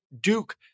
Duke